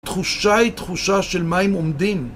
תחושיי תחושה של מים עומדים.